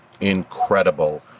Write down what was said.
incredible